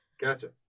Gotcha